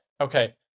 okay